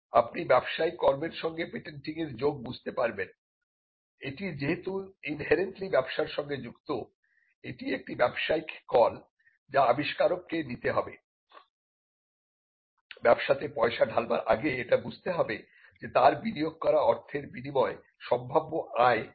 আপনি ব্যবসায়িক কর্মের সঙ্গে পেটেন্টিংয়ের যোগ বুঝতে পারবেন এটি যেহেতু ইনহেরেন্টলি ব্যবসার সঙ্গে যুক্ত এটি একটি ব্যবসায়িক কল যা আবিষ্কারক কে নিতে হবে ব্যবসাতে পয়সার ঢালবার আগে এটা বুঝতে হবে যে তার বিনিয়োগ করা অর্থের বিনিময়ে সম্ভাব্য আয় কিরকম হবে